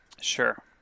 Sure